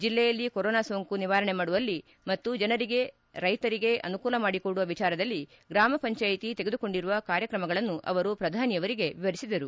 ಜಿಲ್ಲೆಯಲ್ಲಿ ಕೊರೊನಾ ಸೋಂಕು ನಿವಾರಣೆ ಮಾಡುವಲ್ಲಿ ಮತ್ತು ಜನರಿಗೆ ರೈತರಿಗೆ ಅನುಕೂಲ ಮಾಡಿಕೊಡುವ ವಿಚಾರದಲ್ಲಿ ಗ್ರಾಮ ಪಂಚಾಯಿತಿ ತೆಗೆದುಕೊಂಡಿರುವ ಕಾರ್ಯಕ್ರಮಗಳನ್ನು ಅವರು ಪ್ರಧಾನಿ ಅವರಿಗೆ ವಿವರಿಸಿದರು